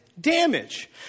damage